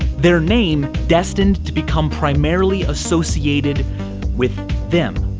their name destined to become primarily associated with them,